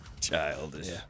Childish